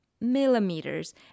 millimeters